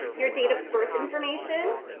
your date of birth information